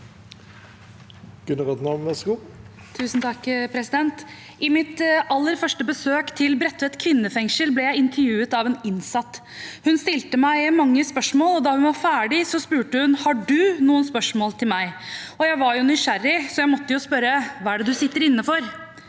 I mitt aller førs- te besøk til Bredtveit kvinnefengsel ble jeg intervjuet av en innsatt. Hun stilte meg mange spørsmål, og da hun var ferdig, spurte hun: Har du noen spørsmål til meg? Jeg var jo nysgjerrig, så jeg måtte spørre: Hva er det du sitter inne for?